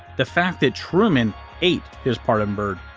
the fact that truman ate his pardoned bird!